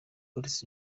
boris